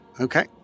Okay